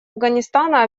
афганистана